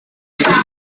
tahun